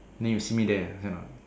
then you see me there right not